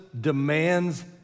demands